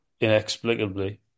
inexplicably